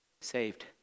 Saved